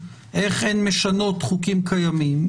איך הן משנות חוקים קיימים.